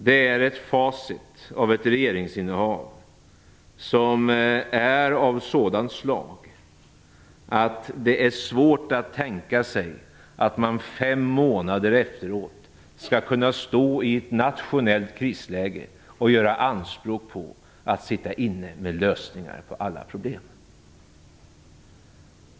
Det är ett facit av ett regeringsinnehav som är av sådant slag att det är svårt att tänka sig att man fem månader efteråt skall kunna stå i ett nationellt krisläge och göra anspråk på att sitta inne med lösningar på alla problem.